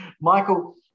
Michael